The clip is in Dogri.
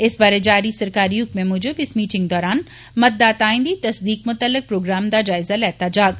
इस बारै जारी सरकारी हुक्मै मुजब इस मीटिंग दौरान मतदाताए दी तसदीक मतल्लक प्रोग्राम दा जायजा लैता जाग